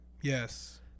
Yes